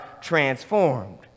transformed